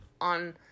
on